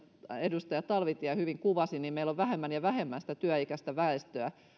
edustaja talvitie hyvin kuvasi että meillä on vähemmän ja vähemmän sitä työikäistä väestöä